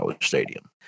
stadium